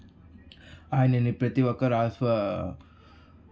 ఆయనని పెతి ఒక్కరు ఆశ్వ